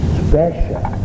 special